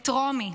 את רומי,